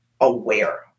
aware